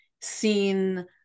seen